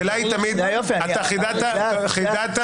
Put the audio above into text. אתה חידדת